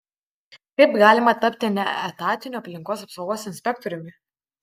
kaip galima tapti neetatiniu aplinkos apsaugos inspektoriumi